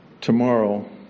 Tomorrow